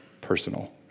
personal